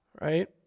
Right